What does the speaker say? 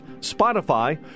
Spotify